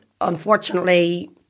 unfortunately